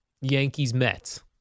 Yankees-Mets